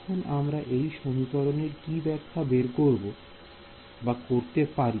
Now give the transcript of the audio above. এখন আমরা এই সমীকরণের কি ব্যাখ্যা বের করতে পারি